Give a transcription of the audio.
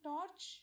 Torch